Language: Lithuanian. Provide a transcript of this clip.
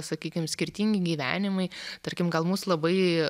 sakykim skirtingi gyvenimai tarkim gal mus labai